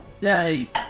Yay